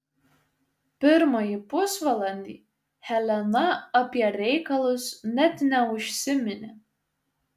pirmąjį pusvalandį helena apie reikalus net neužsiminė